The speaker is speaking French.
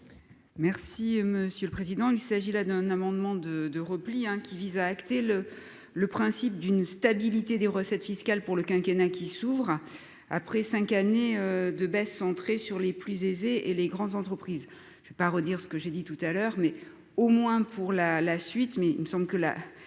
Merci monsieur le président, il s'agit là d'un amendement de de repli, hein, qui vise à acter le le principe d'une stabilité des recettes fiscales pour le quinquennat qui s'ouvre après 5 années de baisse, centrée sur les plus aisés et les grandes entreprises, je veux pas redire ce que j'ai dit tout à l'heure, mais au moins pour la la suite mais il me semble que la